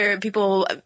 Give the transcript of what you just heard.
people